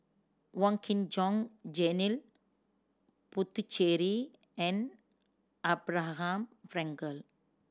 Wong Kin Jong Janil Puthucheary and Abraham Frankel